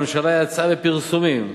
הממשלה יצאה בפרסומים